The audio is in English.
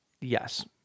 Yes